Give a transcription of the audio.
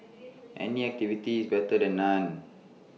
any activity is better than none